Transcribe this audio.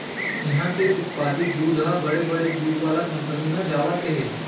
इहां के उत्पादित दूद ह बड़े बड़े दूद वाला कंपनी म जावत हे